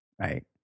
Right